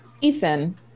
Ethan